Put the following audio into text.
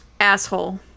Asshole